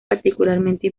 particularmente